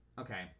okay